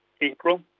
April